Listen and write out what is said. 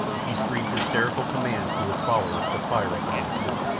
he screamed hysterical commands to his followers to fire upon the two.